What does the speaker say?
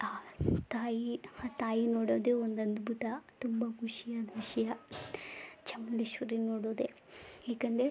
ಆ ತಾಯಿ ಆ ತಾಯಿ ನೋಡೋದೇ ಒಂದು ಅದ್ಭುತ ತುಂಬ ಖುಷಿಯ ವಿಷಯ ಚಾಮುಂಡೇಶ್ವರಿ ನೋಡೋದೇ ಏಕೆಂದ್ರೆ